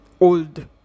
old